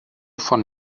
von